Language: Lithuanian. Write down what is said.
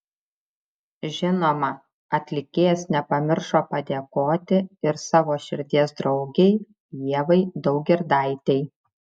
žinoma atlikėjas nepamiršo padėkoti ir savo širdies draugei ievai daugirdaitei